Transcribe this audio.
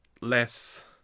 less